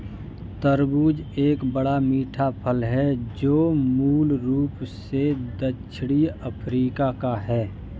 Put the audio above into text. तरबूज एक बड़ा, मीठा फल है जो मूल रूप से दक्षिणी अफ्रीका का है